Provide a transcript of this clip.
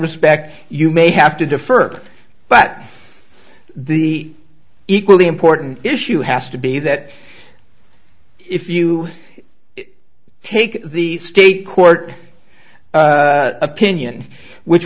respect you may have to defer but the equally important issue has to be that if you take the state court opinion which